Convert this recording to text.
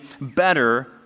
better